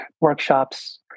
workshops